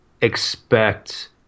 expect